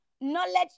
knowledge